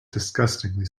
disgustingly